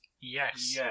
Yes